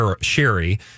Sherry